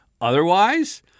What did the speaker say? Otherwise